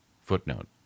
Footnote